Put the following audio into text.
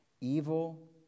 evil